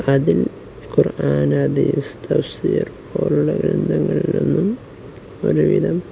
അതിൽ ഖുര്ആനാദി പോലുള്ള ഗ്രന്ഥങ്ങളിലൊന്നും ഒരുവിധം